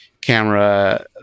camera